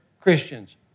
Christians